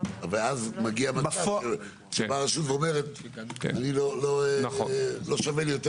ואז מגיע מצב שהרשות אומרת: לא שווה לי יותר